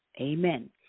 Amen